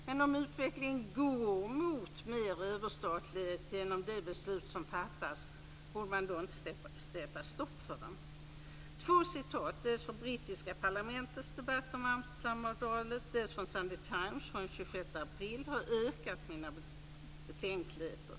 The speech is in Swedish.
Men om utvecklingen går mot mer överstatlighet genom de beslut som fattas, borde man då inte sätta stopp för den? Två uttalanden, dels från det brittiska parlamentets debatt om Amsterdamavtalet, dels från Sunday Times den 26 april har ökat mina betänkligheter.